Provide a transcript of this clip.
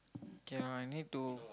okay ah I need to